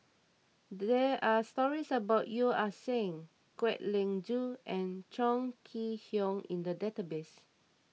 there are stories about Yeo Ah Seng Kwek Leng Joo and Chong Kee Hiong in the database